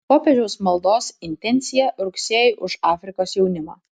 popiežiaus maldos intencija rugsėjui už afrikos jaunimą